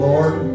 Lord